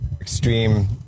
extreme